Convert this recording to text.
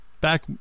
Back